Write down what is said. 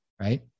right